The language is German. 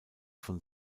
von